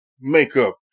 makeup